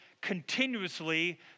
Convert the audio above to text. continuously